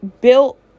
built